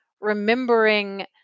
remembering